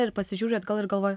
ir pasižiūri atgal ir galvoji